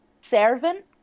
servant